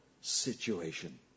situation